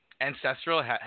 ancestral